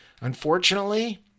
Unfortunately